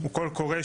הוא קול קורא,